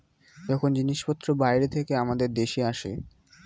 যখন জিনিসপত্র বাইরে থেকে আমাদের দেশে আসে